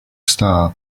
star